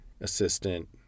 assistant